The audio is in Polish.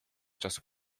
czasu